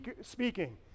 speaking